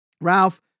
Ralph